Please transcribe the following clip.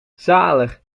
zalig